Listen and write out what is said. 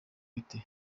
bite